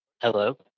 Hello